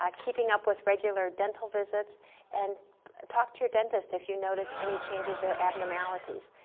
um keeping up with regular dental visits and talk to your dentist if you notice any changes or abnormalities.